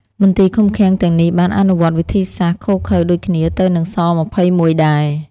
មន្ទីរឃុំឃាំងទាំងនេះបានអនុវត្តវិធីសាស្ត្រឃោរឃៅដូចគ្នាទៅនឹង ស-២១ ដែរ។